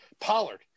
Pollard